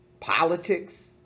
politics